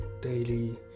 daily